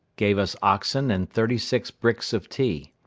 gave us oxen and thirty-six bricks of tea.